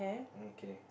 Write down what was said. okay